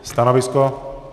Stanovisko?